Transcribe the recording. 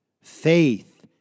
Faith